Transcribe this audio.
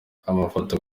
amafoto